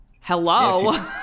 hello